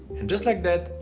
and just like that,